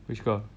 which girl